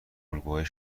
الگوهای